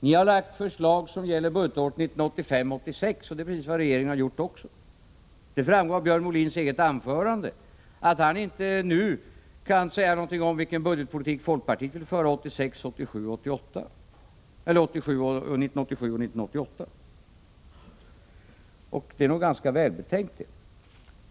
Ni har lagt fram förslag som gäller budgetåret 1985/86, och det är precis vad regeringen har gjort också. Det framgår av Björn Molins eget anförande att han inte nu kan säga någonting om vilken budgetpolitik folkpartiet vill föra 1987 och 1988, och det är nog ganska välbetänkt.